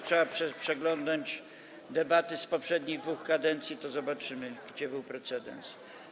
Trzeba przeglądnąć debaty z poprzednich dwóch kadencji, to zobaczymy, gdzie był precedens.